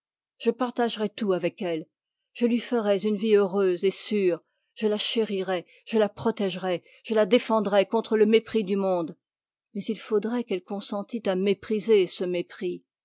je partagerais tout avec elle je lui ferais une vie heureuse et sûre je la chérirais je la protégerais je la défendrais contre le mépris du monde mais il faudrait qu'elle consentît à mépriser ce mépris